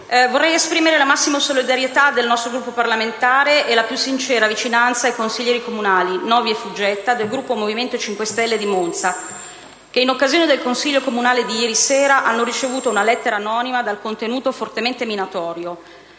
vorrei esprimere la massima solidarietà del nostro Gruppo parlamentare e la più sincera vicinanza ai consiglieri comunali Novi e Fuggetta del Movimento 5 Stelle di Monza che, in occasione del consiglio comunale di ieri sera, hanno ricevuto una lettera anonima dal contenuto fortemente minatorio.